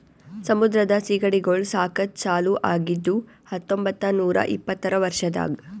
ಸಮುದ್ರದ ಸೀಗಡಿಗೊಳ್ ಸಾಕದ್ ಚಾಲೂ ಆಗಿದ್ದು ಹತೊಂಬತ್ತ ನೂರಾ ಇಪ್ಪತ್ತರ ವರ್ಷದಾಗ್